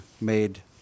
made